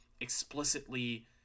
explicitly